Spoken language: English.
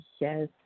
Yes